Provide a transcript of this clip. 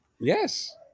Yes